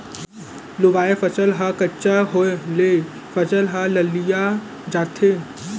लूवाय फसल ह कच्चा होय ले फसल ह ललिया जाथे